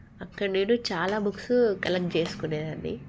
అక్కడ నేను చాలా బుక్స్ కలెక్ట్ చేసుకునేదాన్ని